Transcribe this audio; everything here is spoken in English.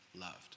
loved